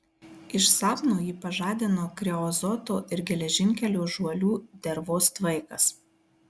iš sapno jį pažadino kreozoto ir geležinkelio žuolių dervos tvaikas